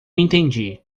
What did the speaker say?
entendi